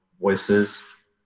voices